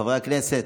חברי הכנסת,